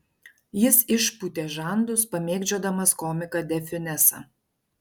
jis išpūtė žandus pamėgdžiodamas komiką de fiunesą